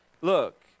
Look